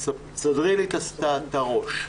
סדרי לי את הראש.